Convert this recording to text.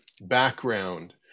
background